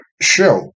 show